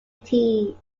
team